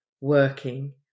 working